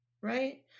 Right